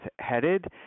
headed